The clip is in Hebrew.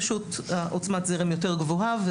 פשוט עוצמת זרם יותר גבוהה.